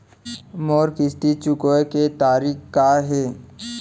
मोर किस्ती चुकोय के तारीक का हे?